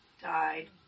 died